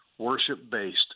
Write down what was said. worship-based